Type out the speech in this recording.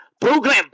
program